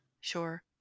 Sure